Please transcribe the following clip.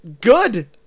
Good